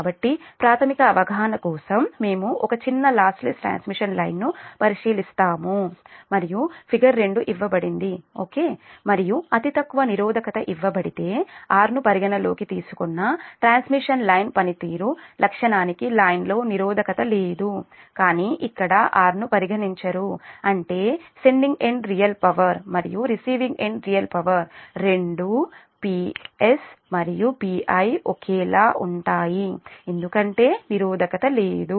కాబట్టి ప్రాథమిక అవగాహన కోసం మేము ఒక చిన్న లాస్లెస్ ట్రాన్స్మిషన్ లైన్ను పరిశీలిస్తాము మరియు ఫిగర్ 2 ఇవ్వబడింది ఓకే మరియు అతి తక్కువ నిరోధకత ఇవ్వబడితే R ను పరిగణనలోకి తీసుకున్న ట్రాన్స్మిషన్ లైన్ పనితీరు లక్షణానికి లైన్లో నిరోధకత లేదు కానీ ఇక్కడ "R" ను పరిగణించరు అంటే సెండింగ్ ఎండ్ రియల్ పవర్ మరియు రిసీవింగ్ ఎండ్ రియల్ పవర్ రెండూ Ps మరియు Pi ఒకేలా ఉంటాయి ఎందుకంటే నిరోధకత లేదు